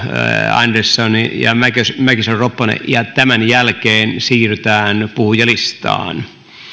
andersson ja mäkisalo mäkisalo ropponen tämän jälkeen siirrytään puhujalistaan